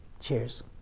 Cheers